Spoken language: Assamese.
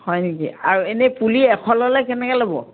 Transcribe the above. হয় নেকি আৰু এনেই পুলি এশ ল'লে কেনেকৈ ল'ব